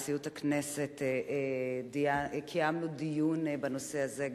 אז באמת בנשיאות הכנסת קיימנו דיון בנושא הזה.